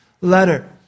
letter